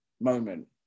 moment